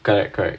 correct correct